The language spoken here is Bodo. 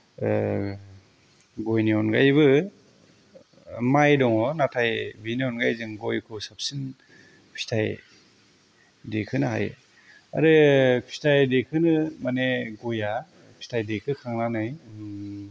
गयनि अनगायैबो माइ दङ नाथाय बिनि अनगायै जों गयखौ साबसिन फिथाइ दैखांनो हायो आरो फिथाइ दैखोनो माने गयआ फिथाइ दैखोखांनानै